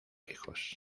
hijos